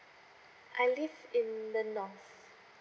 I live in the north